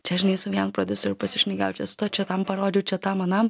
čia žinai su vienu prodiuseriu pasišnekėjau čia su tuo čia tam parodžiau čia tam anam